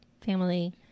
family